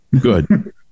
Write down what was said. Good